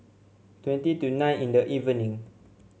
twenty to nine in the evening